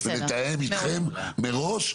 נתאם איתכם מראש.